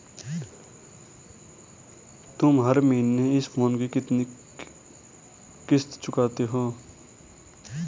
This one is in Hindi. तुम हर महीने इस फोन की कितनी किश्त चुकाते हो?